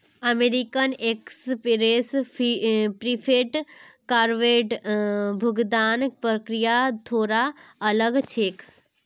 American Express prepaid कार्डेर भुगतान प्रक्रिया थोरा अलग छेक